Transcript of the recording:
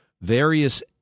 various